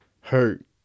hurt